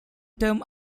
terms